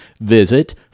visit